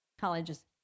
colleges